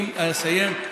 אסיים,